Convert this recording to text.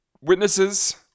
Witnesses